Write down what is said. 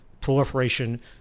proliferation